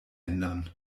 ändern